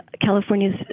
California's